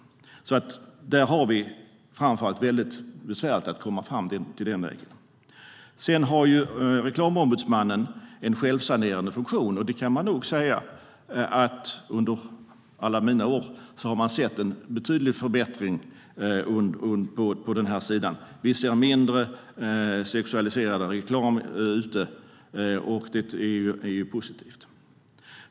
Framför allt den vägen är det väldigt besvärligt att komma fram. Sedan har ju Reklamombudsmannen en självsanerande funktion. Det kan jag nog säga att under alla mina år har vi sett en betydlig förbättring på den här sidan. Vi ser mindre sexualiserande reklam ute och det är ju positivt.